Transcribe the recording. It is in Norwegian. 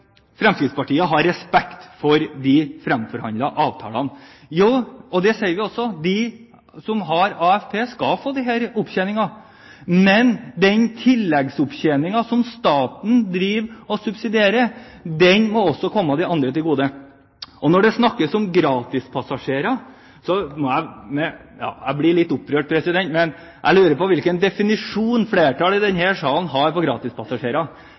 Fremskrittspartiet har respekt for de framforhandlede avtalene. Det sier også vi. De som har AFP, skal få denne opptjeningen. Men den tilleggsopptjeningen som staten driver og subsidierer, må også komme de andre til gode. Og når det snakkes om gratispassasjerer, blir jeg litt opprørt. Jeg lurer på hvilken definisjon flertallet i denne salen har på «gratispassasjerer». Det er jo slik – både i den